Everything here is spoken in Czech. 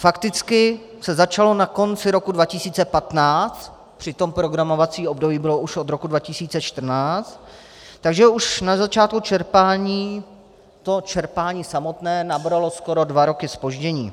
Fakticky se začalo na konci roku 2015, přitom programovací období bylo už od roku 2014, takže už na začátku čerpání to čerpání samotné nabralo skoro dva roky zpoždění.